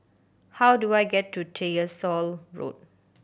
how do I get to Tyersall Road